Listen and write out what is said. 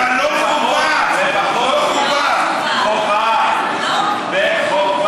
אבל לא חובה --- חובה ------ בחובה.